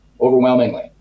overwhelmingly